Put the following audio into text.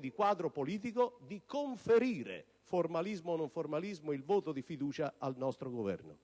di quadro politico, di conferire, formalismo o non formalismo, il voto di fiducia al nostro Governo.